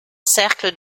cercle